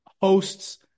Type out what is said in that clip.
hosts